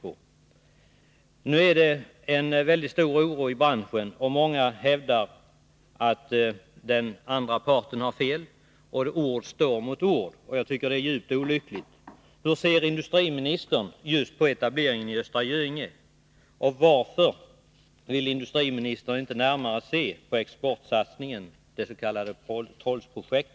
Nu råder som sagt en mycket stor oro i branschen. Från vardera sidan hävdas att den andra parten har fel, och ord står mot ord. Jag tycker att detta är djupt olyckligt.